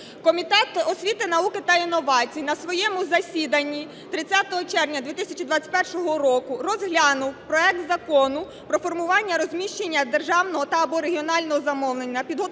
Комітет освіти, науки та інновацій на своєму засіданні 30 червня 2021 року розглянув проект Закону про формування та розміщення державного та/або регіонального замовлення